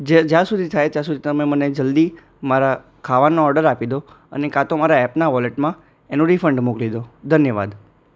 જ જ્યાં સુધી થાય ત્યાં સુધી તમે મને જલ્દી મારા ખાવાનો ઓર્ડર આપી દો અને કાં તો મારા એપનાં વૉલેટમાં એનું રિફંડ મોકલી દો ધન્યવાદ